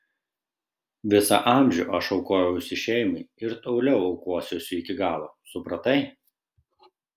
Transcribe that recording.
visą amžių aš aukojausi šeimai ir toliau aukosiuosi iki galo supratai